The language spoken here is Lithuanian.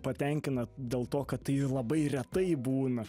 patenkina dėl to kad tai labai retai būna